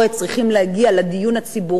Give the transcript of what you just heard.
צריכים להגיע לדיון הציבורי,